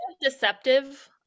deceptive